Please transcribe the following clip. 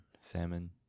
salmon